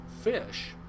fish